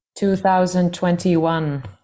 2021